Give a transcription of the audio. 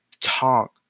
talk